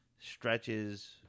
stretches